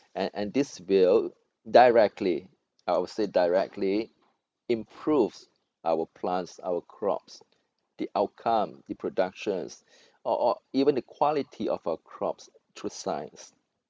and and this will directly I would say directly improves our plants our crops the outcome the productions or or even the quality of our crops through science